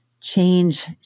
change